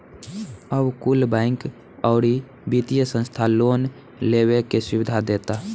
अब कुल बैंक, अउरी वित्तिय संस्था लोन लेवे के सुविधा देता